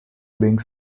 being